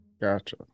Gotcha